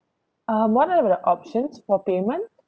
um what are the options for payment